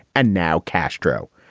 and now castro.